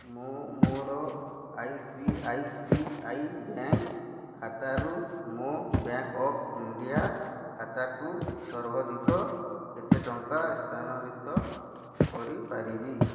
ମୁଁ ମୋର I C I C I bank ଖାତାରୁ ମୋ ବ୍ୟାଙ୍କ୍ ଅଫ୍ ଇଣ୍ଡିଆ ଖାତାକୁ ସର୍ବାଧିକ କେତେ ଟଙ୍କା ସ୍ଥାନାନ୍ତରିତ କରିପାରିବି